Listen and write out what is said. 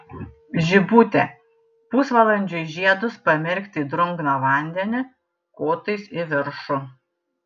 žibutė pusvalandžiui žiedus pamerkti į drungną vandenį kotais į viršų